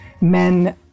men